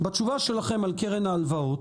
בתשובה שלכם על קרן ההלוואות,